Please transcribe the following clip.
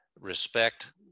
respect